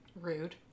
Rude